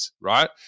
right